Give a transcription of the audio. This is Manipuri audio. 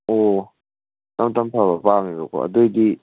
ꯑꯣ ꯇꯞꯅ ꯇꯝꯞꯅ ꯐꯕ ꯄꯥꯝꯃꯦꯕꯀꯣ ꯑꯗꯨ ꯑꯣꯏꯗꯤ